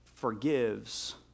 forgives